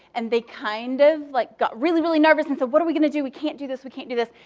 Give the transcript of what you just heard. and they kind of like got really, really nervous and said, what are we going to do? we can't do this. we can't do this.